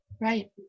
Right